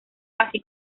así